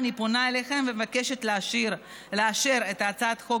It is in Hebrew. אני פונה אליכם ומבקשת לאשר את הצעת החוק